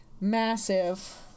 massive